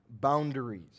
boundaries